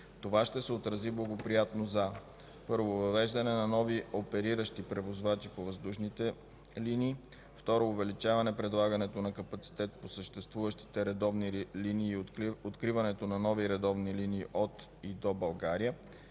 Това ще се отрази благоприятно за: - въвеждане на нови опериращи превозвачи по въздушните линии; - увеличаване предлагането на капацитет по съществуващите редовни линии и откриването на нови редовни линии от/до България;